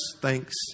thanks